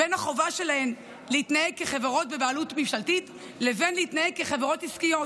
הללו להתנהג כחברות בבעלות ממשלתית לחובה להתנהג כחברות עסקיות